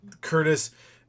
Curtis